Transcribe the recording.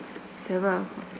seven